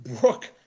Brooke